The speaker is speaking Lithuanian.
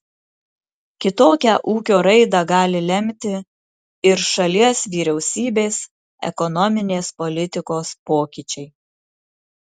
kitokią ūkio raidą gali lemti ir šalies vyriausybės ekonominės politikos pokyčiai